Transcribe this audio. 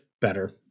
better